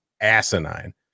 asinine